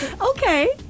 Okay